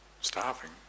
starving